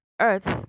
earth